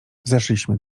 zeszliśmy